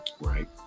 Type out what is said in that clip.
Right